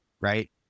right